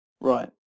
Right